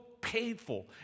painful